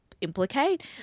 implicate